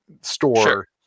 store